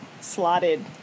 slotted